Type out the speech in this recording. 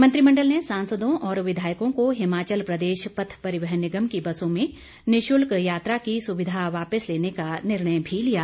मंत्रिमंडल ने सांसदों और विधायकों को हिमाचल प्रदेश पथ परिवहन निगम की बसों में निशुल्क यात्रा की सुविधा वापस लेने का निर्णय भी लिया